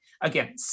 Again